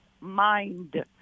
mind